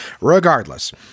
regardless